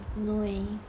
no leh